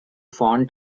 fawn